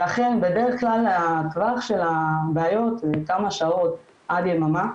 ואכן בדרך כלל טווח הבעיות הוא כמה שעות עד יממה,